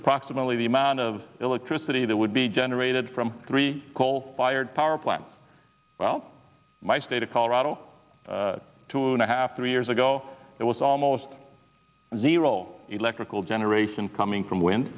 approximately the amount of electricity that would be generated from three coal fired power plants well my state of colorado two and a half three years ago it was almost zero electrical generation coming from wind